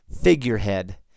figurehead